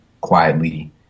quietly